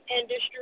industry